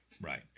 Right